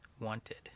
wanted